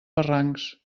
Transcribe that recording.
barrancs